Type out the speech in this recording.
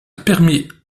permis